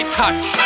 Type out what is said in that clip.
touch